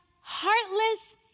heartless